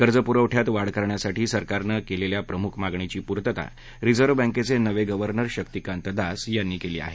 कर्जपुरवठ्यात वाढ करण्यासाठी सरकारनं केलेल्या प्रमुख मागणीची पूर्तता रिझर्व बँकेचे नवे गव्हर्नर शक्तिकांत दास यांनी केली आहे